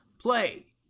play